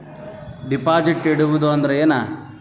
Deposit ಇಡುವುದು ಅಂದ್ರ ಏನ?